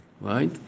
right